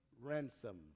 ransom